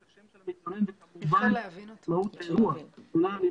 השם של המתלונן זה כמובן מהות האירוע --- אבל כדי